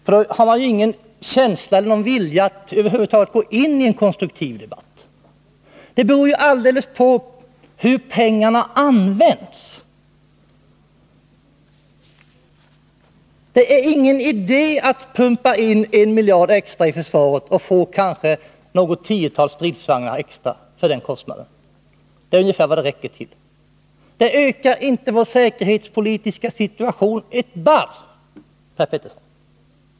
Då har man ju inte någon känsla för eller någon vilja att över huvud taget gå in i en konstruktiv debatt. Men det handlar ju om hur pengarna används. Det är ingen idé att pumpa in en miljard extra i försvaret för att få kanske ytterligare något tiotal stridsvagnar — det är ungefär vad det räcker till. Det förbättrar inte vår säkerhetspolitiska situation ett barr, Per Petersson.